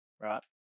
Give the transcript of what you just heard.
right